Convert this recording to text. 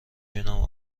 بینم